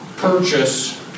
purchase